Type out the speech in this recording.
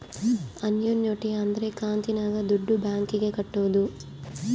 annuity ಅಂದ್ರ ಕಂತಿನಾಗ ದುಡ್ಡು ಬ್ಯಾಂಕ್ ಗೆ ಕಟ್ಟೋದು